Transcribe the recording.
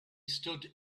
stood